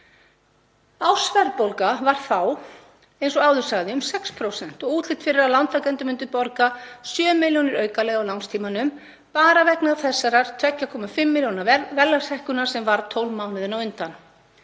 Ársverðbólga var þá, eins og áður sagði, um 6% og útlit fyrir að lántakendur myndu borga 7 milljónir aukalega á lánstímanum, bara vegna þessarar 2,5 milljóna verðlagshækkunar sem varð 12 mánuðina á undan.